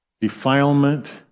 defilement